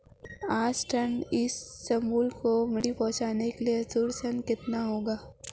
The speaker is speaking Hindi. आठ टन इसबगोल की उपज को मंडी पहुंचाने के लिए श्रम शुल्क कितना होगा?